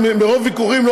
לא